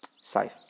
Safe